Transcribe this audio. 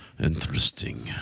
Interesting